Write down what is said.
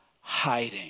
hiding